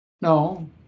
No